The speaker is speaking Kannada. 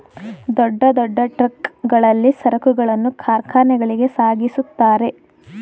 ದೊಡ್ಡ ದೊಡ್ಡ ಟ್ರಕ್ ಗಳಲ್ಲಿ ಸರಕುಗಳನ್ನು ಕಾರ್ಖಾನೆಗಳಿಗೆ ಸಾಗಿಸುತ್ತಾರೆ